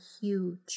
huge